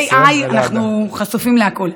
עם ה-AI אנחנו חשופים להכול.